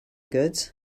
goods